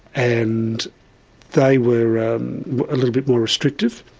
and they were um little bit more restrictive.